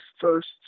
first